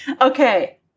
okay